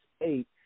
eight